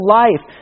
life